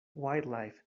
wildlife